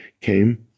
came